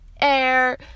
air